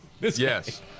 Yes